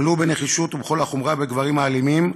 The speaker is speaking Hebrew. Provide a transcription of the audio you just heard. טפלו בנחישות ובכל החומרה בגברים האלימים,